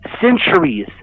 centuries